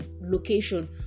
location